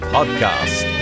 Podcast